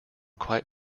quite